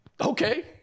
Okay